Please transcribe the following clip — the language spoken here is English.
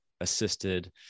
assisted